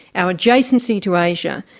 our adjacency to asia,